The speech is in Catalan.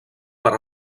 per